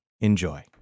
Enjoy